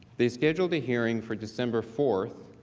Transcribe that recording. they scheduled a hearing for december fourth